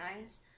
eyes